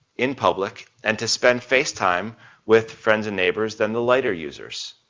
in public and to spend face time with friends and neighbors than the lighter users.